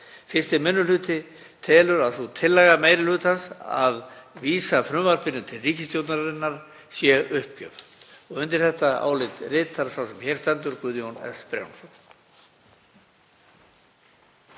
Fyrsti minni hluti telur að sú tillaga meiri hlutans að vísa frumvarpinu til ríkisstjórnarinnar sé uppgjöf. Undir þetta álit ritar sá sem hér stendur, Guðjón S. Brjánsson.